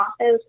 office